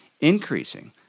increasing